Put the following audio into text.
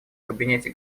кабинете